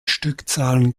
stückzahlen